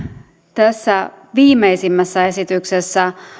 tässä viimeisimmässä esityksessä